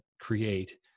create